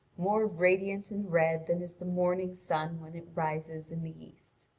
more radiant and red than is the morning sun when it rises in the east.